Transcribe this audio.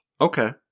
okay